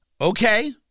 Okay